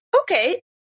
okay